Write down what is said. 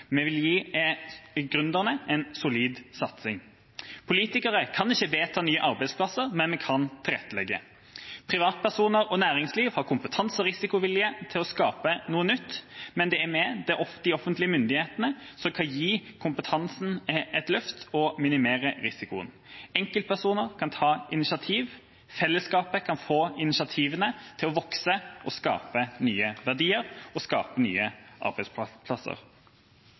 vi vil hjelpe gründerne til en solid satsing. Politikere kan ikke vedta nye arbeidsplasser, men vi kan tilrettelegge. Privatpersoner og næringsliv har kompetanse og risikovilje til å skape noe nytt, men det er vi, de offentlige myndighetene, som kan gi kompetansen et løft og minimere risikoen. Enkeltpersoner kan ta initiativ – fellesskapet kan få initiativene til å vokse og skape nye verdier og nye arbeidsplasser.